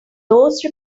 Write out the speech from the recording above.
those